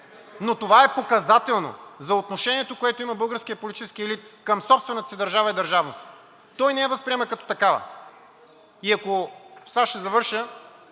Това е показателно за отношението, което има българският политически елит към собствената си държава и държавност. Той не я възприема като такава. С това ще завърша,